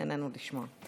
נהנינו לשמוע.